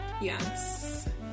Yes